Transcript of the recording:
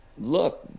look